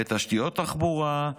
לתשתיות תחבורה,